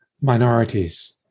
minorities